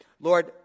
Lord